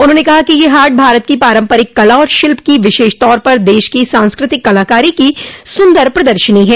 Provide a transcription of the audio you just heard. उन्होंने कहा कि यह हाट भारत की पारंपरिक कला और शिल्प की विशेष तौर पर देश की सांस्कृतिक कलाकारी की सुंदर प्रदर्शनी है